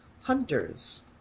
hunters